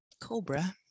cobra